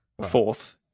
Fourth